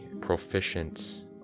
proficient